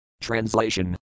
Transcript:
Translation